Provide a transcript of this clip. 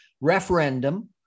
referendum